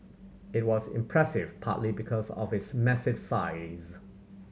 it was impressive partly because of its massive size